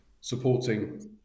supporting